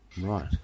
Right